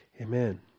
Amen